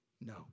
No